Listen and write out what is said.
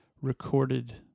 recorded